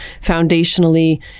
foundationally